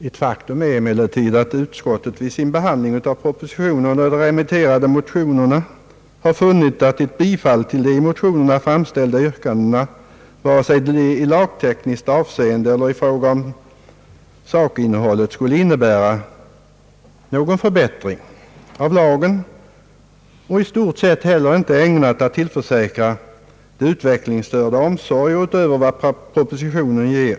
Ett faktum är emellertid att utskottet vid sin behandling av propositionen och de remitterade motionerna har funnit att ett bifall till de i motionerna framförda yrkandena, vare sig i lagtekniskt avseende eller i fråga om sakinnehållet, skulle innebära någon förbättring av lagen och i stort sett heller inte vara ägnat att tillförsäkra de utvecklingsstörda omsorger utöver vad propositionen ger.